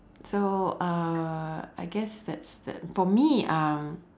so uh I guess that's that for me um